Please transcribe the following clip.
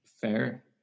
Fair